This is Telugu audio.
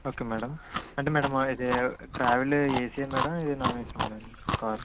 ఓకే మ్యాడం అంటే మ్యా ఇది travel AC madam non AC నా మ్యాడం కార్